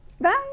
Bye